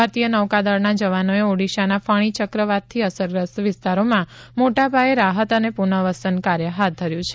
ભારતીય નૌકાદળના જવાનોએ ઓડીશાના ફણી ચક્રવાતથી અસરગ્રસ્ત વિસ્તારોમાં મોટાપાયે રાહત અને પુનર્વસનકાર્ય હાથ ધર્યું છે